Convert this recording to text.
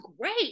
great